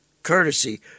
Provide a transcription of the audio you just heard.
courtesy